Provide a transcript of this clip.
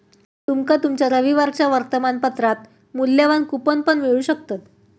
तुमका तुमच्या रविवारच्या वर्तमानपत्रात मुल्यवान कूपन पण मिळू शकतत